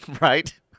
right